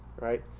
right